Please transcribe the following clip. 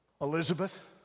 Elizabeth